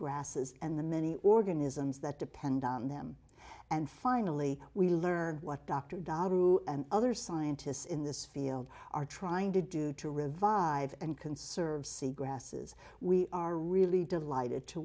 grasses and the many organisms that depend on them and finally we learn what dr dollar and other scientists in this field are trying to do to revive and conserve sea grasses we are really delighted to